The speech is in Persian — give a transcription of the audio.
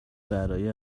برای